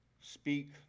Speak